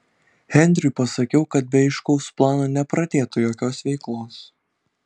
henriui pasakiau kad be aiškaus plano nepradėtų jokios veiklos